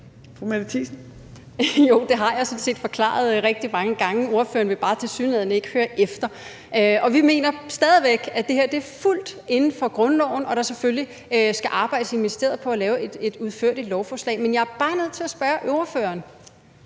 Mette Thiesen (NB): Jo, det har jeg sådan set forklaret rigtig mange gange. Ordføreren vil tilsyneladende bare ikke høre efter. Vi mener stadig væk, at det her er fuldt inden for grundloven, og at der selvfølgelig skal arbejdes i ministeriet på at lave et udførligt lovforslag. Men jeg er bare nødt til at spørge ordføreren: